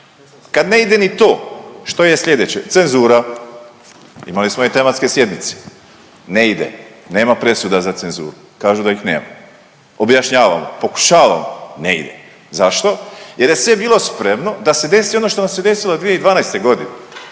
Kad ne ide ni to što je sljedeće? Cenzura. Imali smo i tematske sjednice, ne ide, nema presuda za cenzuru kažu da ih nema, objašnjavamo, pokušavamo ne ide. Zašto? Jel je sve bilo spremno da se desi ono što nam se desilo 2012.g..